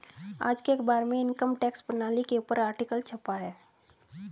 आज के अखबार में इनकम टैक्स प्रणाली के ऊपर आर्टिकल छपा है